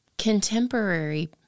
contemporary